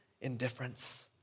indifference